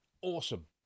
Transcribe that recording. awesome